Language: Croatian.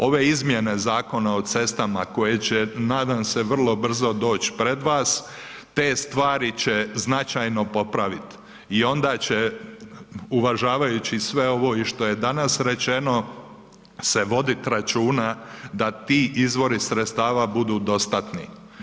Ove izmjene Zakona o cestama koje će nadam se vrlo brzo doći pred vas te stvari će značajno popravit i onda će uvažavajući sve ovo i što je danas rečeno se vodit računa da ti izvori sredstava budu dostatni.